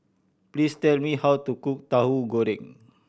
please tell me how to cook Tauhu Goreng